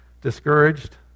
discouraged